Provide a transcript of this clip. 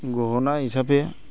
গহনা হিচাপে